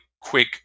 quick